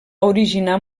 originar